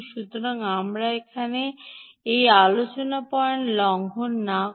সুতরাং আমরা এখানে এই আলোচনা পয়েন্ট লঙ্ঘন না যে